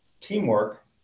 teamwork